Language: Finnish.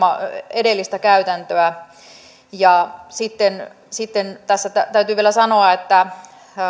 edellistä käytäntöä sitten sitten tässä täytyy vielä sanoa että